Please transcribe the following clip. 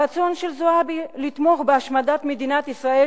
הרצון של זועבי לתמוך בהשמדת מדינת ישראל